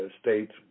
states